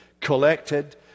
collected